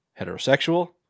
heterosexual